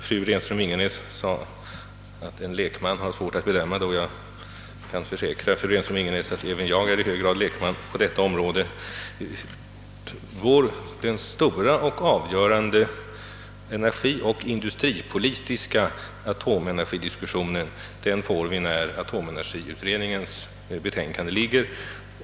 Fru Renström-Ingenäs sade att en lekman har svårt att bedöma det, och jag kan försäkra fru Renström-Ingenäs att även jag är i hög grad lekman på detta område. Den stora och avgörande energioch industripolitiska diskussionen av atomkraftfrågan får vi när atomenergiutredningens betänkande föreligger.